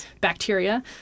bacteria